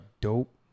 dope